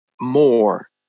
more